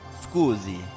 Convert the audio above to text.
Scusi